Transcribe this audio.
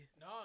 No